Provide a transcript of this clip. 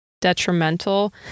detrimental